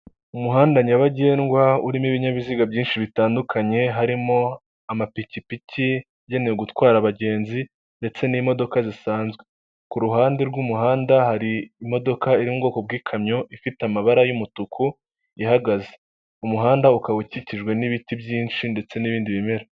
Umuhanda nyabagendwa urimo ibinyabiziga byinshi bitandukanye harimo amapikipiki yagenewe gutwara abagenzi, ndetse n'imodoka zisanzwe, ku ruhande rw'umuhanda hari imodoka iri mu bwoko bw'ikamyo ifite amabara y'umutuku ihagaze, umuhanda ukaba ukikijwe n'ibiti byinshi ndetse n'ibindi bimera.